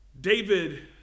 David